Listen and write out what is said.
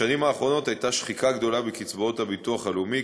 בשנים האחרונות הייתה שחיקה גדולה בקצבאות הביטוח הלאומי,